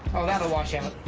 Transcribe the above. oh, that will wash out.